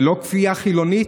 זה לא כפייה חילונית?